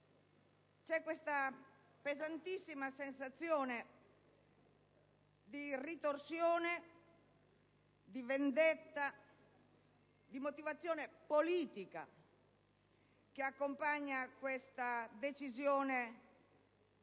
È una pesantissima sensazione di ritorsione, vendetta e motivazione politica ad accompagnare la decisione